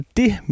det